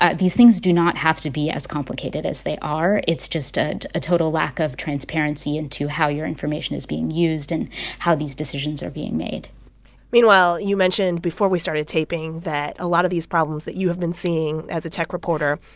ah these things do not have to be as complicated as they are. it's just ah a total lack of transparency into how your information is being used and how these decisions are being made meanwhile, you mentioned before we started taping that a lot of these problems that you have been seeing as a tech reporter